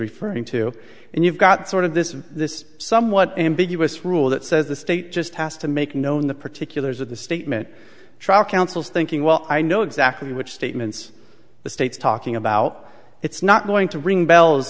referring to and you've got sort of this this somewhat ambiguous rule that says the state just has to make known the particulars of the statement trial counsel's thinking well i know exactly which statements the state's talking about it's not going to ring bells